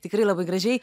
tikrai labai gražiai